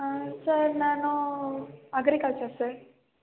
ಹಾಂ ಸರ್ ನಾನು agriculture sir